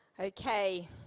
Okay